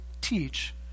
teach